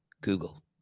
Google